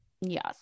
yes